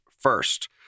first